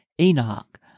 Enoch